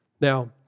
Now